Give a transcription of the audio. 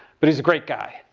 but he's a great guy.